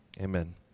Amen